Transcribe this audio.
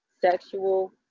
sexual